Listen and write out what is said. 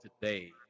today